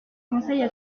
conseille